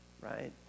right